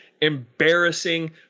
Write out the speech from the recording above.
embarrassing